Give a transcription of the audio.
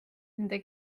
nende